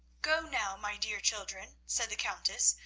go now, my dear children, said the countess,